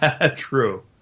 True